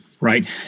right